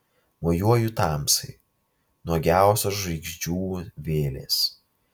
mojuoju tamsai nuogiausios žvaigždžių vėlės